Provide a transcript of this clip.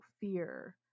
fear